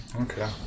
Okay